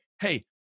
Hey